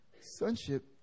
Sonship